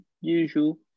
usual